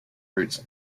routes